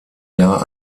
jahr